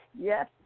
Yes